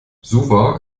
suva